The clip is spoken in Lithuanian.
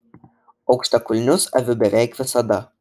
aukštakulnius aviu beveik visada